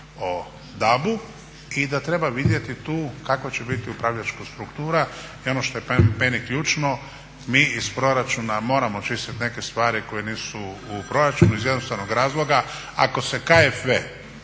o DAB-u i da treba vidjeti tu kakva će biti upravljačka struktura. I ono što je …/Govornik se ne razumije./… mi iz proračuna moramo čistiti neke stvari koje nisu u proračunu iz jednostavnog razloga ako se KFV